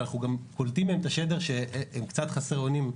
ואנחנו גם קולטים מהם את השדר שהם קצת חסרי אונים.